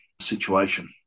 situation